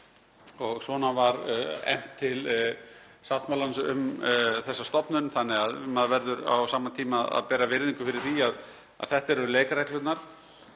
og svona var efnt til sáttmálans um þessa stofnun þannig að maður verður á sama tíma að bera virðingu fyrir því að þetta eru leikreglurnar.